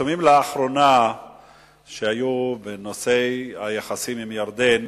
הפרסומים שהיו לאחרונה בנושא היחסים עם ירדן